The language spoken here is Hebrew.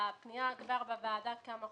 הפנייה בוועדה כבר כמה חודשים.